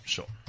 Sure